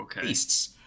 beasts